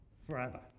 forever